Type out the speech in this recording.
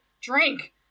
Drink